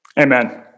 Amen